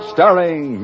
Starring